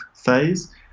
phase